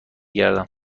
گردم